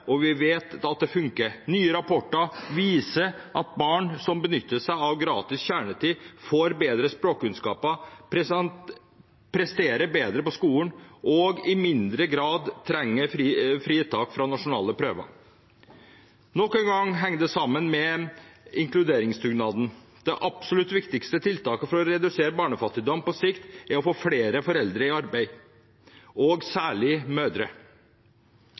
og vi vet at det funker. Nye rapporter viser at barn som benytter seg av gratis kjernetid, får bedre språkkunnskaper, presterer bedre på skolen og i mindre grad trenger fritak fra nasjonale prøver. Nok en gang henger det sammen med inkluderingsdugnaden. Det absolutt viktigste tiltaket for å redusere barnefattigdom på sikt er å få flere foreldre i arbeid, særlig mødre.